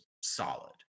solid